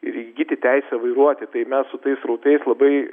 ir įgyti teisę vairuoti tai mes su tais srautais labai